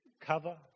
Cover